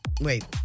Wait